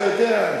אתה יודע,